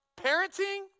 Parenting